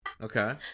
Okay